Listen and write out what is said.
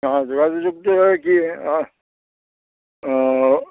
অ যোগাযোগটো হয় কিহে অ অ